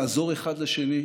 לעזור אחד לשני,